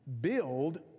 Build